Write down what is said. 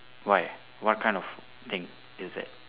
why what kind of thing is that